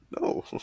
No